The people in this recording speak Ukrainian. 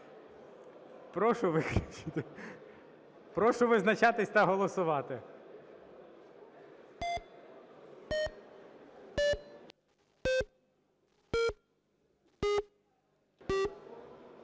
Прошу визначатись та голосувати.